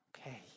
Okay